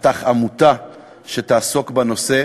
הקים עמותה שתעסוק בנושא.